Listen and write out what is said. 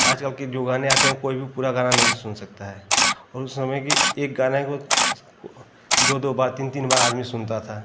आजकल के जो गाने आते हैं कोई भी पूरा गाना नहीं सुन सकता है उस समय की एक गाने को दो दो बार तीन तीन बार आदमी सुनता था